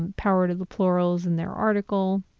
and power to the plurals and their article.